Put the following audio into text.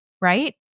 right